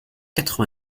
quatre